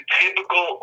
typical